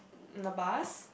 the bus